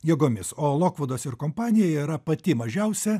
jėgomis o lokvudas ir kompanija yra pati mažiausia